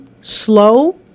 slow